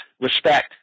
respect